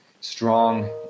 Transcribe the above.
strong